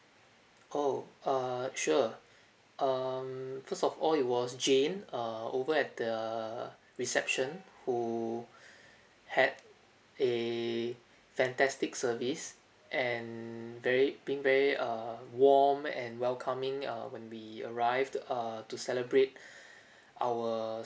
oh err sure um first of all it was jane err over at the reception who had a fantastic service and very being very err warm and welcoming uh when we arrived err to celebrate our